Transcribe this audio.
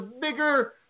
bigger